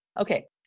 okay